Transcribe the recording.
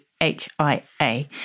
H-I-A